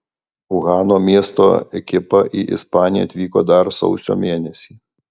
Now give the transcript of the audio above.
uhano miesto ekipa į ispaniją atvyko dar sausio mėnesį